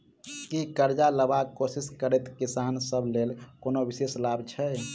की करजा लेबाक कोशिश करैत किसान सब लेल कोनो विशेष लाभ छै?